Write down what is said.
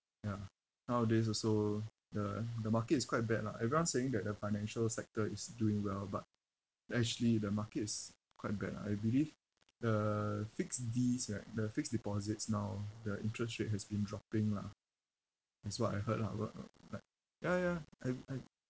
ya nowadays also the the market is quite bad lah everyone saying that the financial sector is doing well but actually the market is quite bad lah I believe the fixed Ds right the fixed deposits now the interest rate has been dropping lah that's what I heard lah what what like ya ya I I